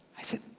i said,